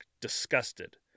disgusted